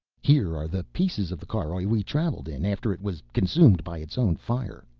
here are the pieces of the caroj we traveled in, after it was consumed by its own fire.